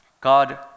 God